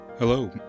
Hello